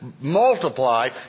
multiply